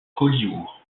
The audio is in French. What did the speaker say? collioure